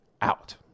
out